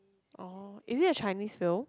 orh is it a Chinese film